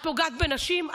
את פוגעת בנשים.